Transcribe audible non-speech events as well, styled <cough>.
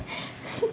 <laughs>